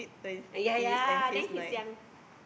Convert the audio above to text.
ya ya then he's young